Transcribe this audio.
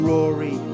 Rory